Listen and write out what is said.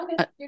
Okay